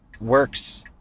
works